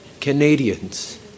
Canadians